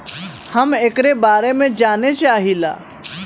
हम एकरे बारे मे जाने चाहीला?